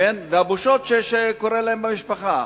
והבושות במשפחה.